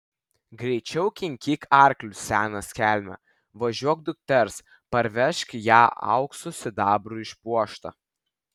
greičiau kinkyk arklius senas kelme važiuok dukters parvežk ją auksu sidabru išpuoštą